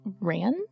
ran